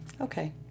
Okay